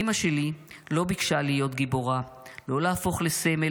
// אימא שלי לא ביקשה להיות גיבורה / לא להפוך לסמל